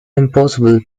impossible